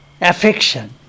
affection